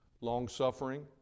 Long-suffering